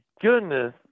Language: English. goodness